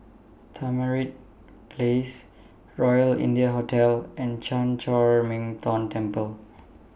Tamarind Place Royal India Hotel and Chan Chor Min Tong Temple